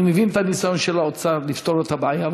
אני מבין את הניסיון של האוצר לפתור את הבעיה,